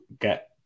get